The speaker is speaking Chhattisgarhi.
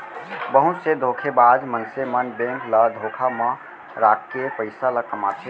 बहुत से धोखेबाज मनसे मन बेंक ल धोखा म राखके पइसा कमाथे